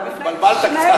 התבלבלת קצת,